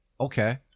okay